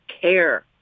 care